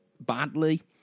badly